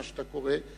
מה שאתה קורא,